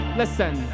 listen